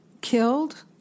killed